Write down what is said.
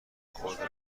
خود